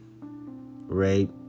rape